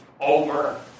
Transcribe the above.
over